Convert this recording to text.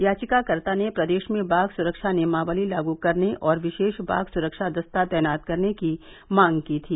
याचिकाकर्ता ने प्रदेश में बाघ सुरक्षा नियमावली लागू करने और विशेष बाघ सुरक्षा दस्ता तैनात करने की मांग की थी